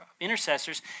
intercessors